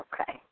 Okay